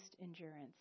endurance